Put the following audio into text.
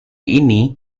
ini